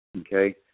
okay